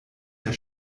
der